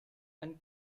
and